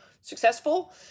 successful